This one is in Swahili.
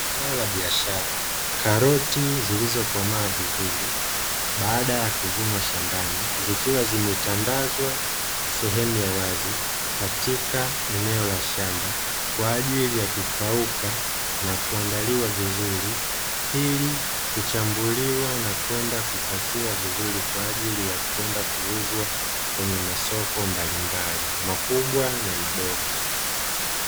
Zao la biashara la k aroti zilizokomaa vizuri baada ya kuvunwa shambani, zikiwa zimetandazwa sehemu ya wazi katika eneo la shamba, kwa ajili ya kukauka na kuandaliwa vizuri ili kuchambuliwa na kwenda kupakiwa vizuri, kwa ajili ya kwenda kuuzwa kwenye masoko mbalimbali makubwa na madogo.